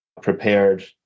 prepared